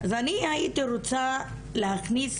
אז אני הייתי רוצה להכניס